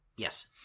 Yes